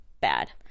bad